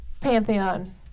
pantheon